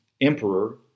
emperor